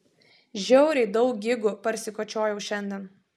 žiauriai daug gigų parsikočiojau šiandien